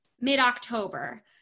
mid-October